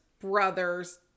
brother's